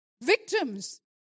victims